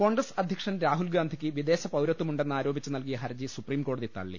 കോൺഗ്രസ് അധ്യക്ഷൻ രാഹുൽഗാന്ധിക്ക് വിദേശപൌരത്വമു ണ്ടെന്ന് ആരോപിച്ച് നൽകിയ ഹർജി സുപ്രീംകോടതി തള്ളി